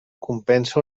compensa